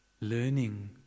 learning